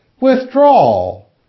withdrawal